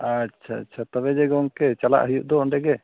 ᱟᱪᱪᱷᱟ ᱟᱪᱪᱷᱟ ᱛᱚᱵᱮ ᱡᱮ ᱜᱚᱝᱠᱮ ᱪᱟᱞᱟᱜ ᱦᱩᱭᱩᱜ ᱫᱚ ᱚᱸᱰᱮ ᱜᱮ